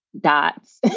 dots